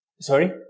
sorry